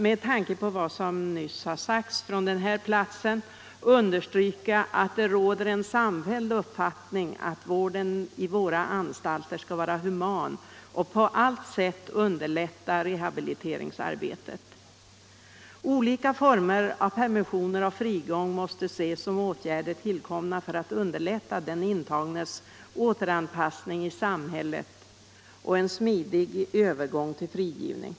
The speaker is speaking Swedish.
Med tanke på vad som nyss sades från denna talarstol vill jag gärna understryka att det råder en enig uppfattning om att vården i våra anstalter skall vara human och på allt sätt underlätta rehabiliteringsarbetet. Olika former av permissioner och frigång måste ses som åtgärder tillkomna för att underlätta den intagnes återanpassning i samhället och en smidig övergång till frigivning.